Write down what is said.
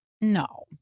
No